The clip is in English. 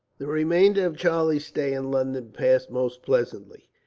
the remainder of charlie's stay in london passed most pleasantly.